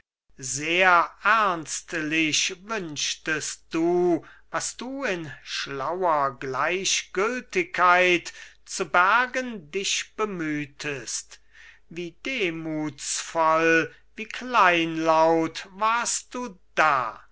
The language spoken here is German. sehr ernstlich wünschtest du was du in schlauer gleichgültigkeit zu bergen dich bemühtest wie demuthsvoll wie kleinlaut warst du da